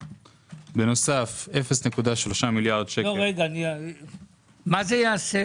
בנוסף, 0.3 מיליארד שקל --- מה זה יעשה?